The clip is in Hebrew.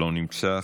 לא נמצא,